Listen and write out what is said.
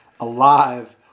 alive